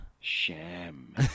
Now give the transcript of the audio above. Sham